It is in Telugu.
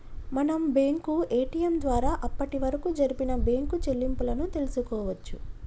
మనం బ్యేంకు ఏ.టి.యం ద్వారా అప్పటివరకు జరిపిన బ్యేంకు చెల్లింపులను తెల్సుకోవచ్చు